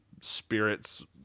spirits